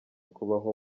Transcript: kubaho